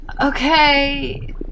Okay